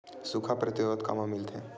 सुखा प्रतिरोध कामा मिलथे?